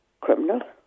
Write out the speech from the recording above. criminal